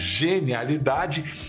genialidade